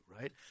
right